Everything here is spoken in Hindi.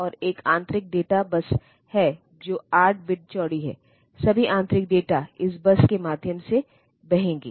और एक आंतरिक डेटा बस है जो 8 बिट चौड़ी है सभी आंतरिक डेटा इस बस के माध्यम से बहेंगे